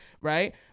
right